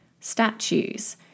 statues